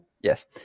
Yes